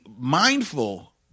mindful